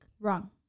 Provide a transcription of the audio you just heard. Wrong